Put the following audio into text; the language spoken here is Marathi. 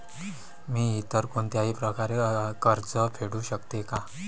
मी इतर कोणत्याही प्रकारे कर्ज फेडू शकते का?